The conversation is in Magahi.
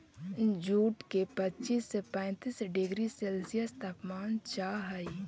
जूट के पच्चीस से पैंतीस डिग्री सेल्सियस तापमान चाहहई